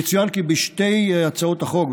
יצוין כי בשתי הצעות החוק,